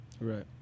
right